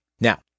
Now